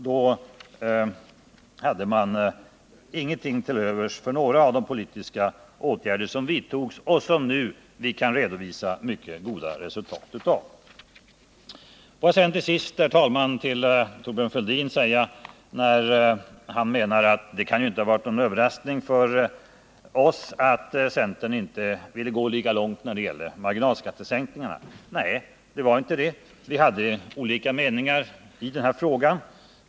Då hade man ingenting till övers för några av de politiska åtgärder som vidtogs och som vi nu kan redovisa mycket goda resultat av. Thorbjörn Fälldin menar att det inte kan ha varit någon överraskning för oss att centern inte ville gå lika långt som vi när det gällde marginalskattesänkningarna. Nej, det var inte det. Vi hade olika meningar i den frågan.